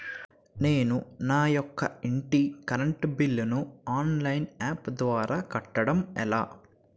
నేను నా యెక్క ఇంటి కరెంట్ బిల్ ను ఆన్లైన్ యాప్ ద్వారా కట్టడం ఎలా?